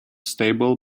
stable